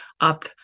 up